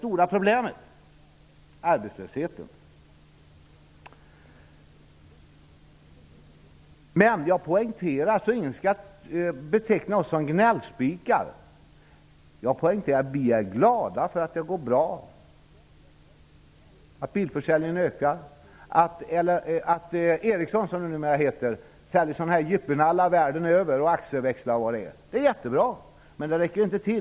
Jag tänker då på arbetslösheten. För att ingen skall beteckna oss som gnällspikar vill jag alltså poängtera att vi är glada över att det nu går bra. Bilförsäljningen ökar. Ericsson, som företaget numera heter, säljer yuppienallar världen över. Man säljer AXE-växlar osv. Allt detta är mycket bra, men det räcker inte.